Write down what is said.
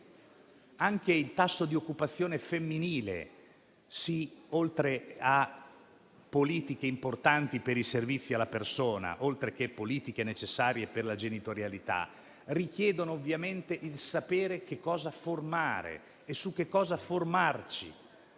Anche il tasso di occupazione femminile, oltre a politiche importanti per i servizi alla persona, oltre a politiche necessarie per la genitorialità, richiedono ovviamente di sapere che cosa formare e su che cosa formarci.